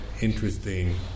interesting